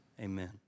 Amen